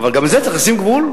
אבל גם לזה צריך לשים גבול.